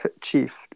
Chief